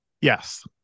Yes